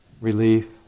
relief